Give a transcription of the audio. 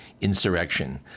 insurrection